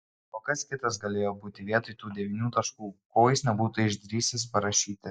o kas kitas galėjo būti vietoj tų devynių taškų ko jis nebūtų išdrįsęs parašyti